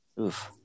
Oof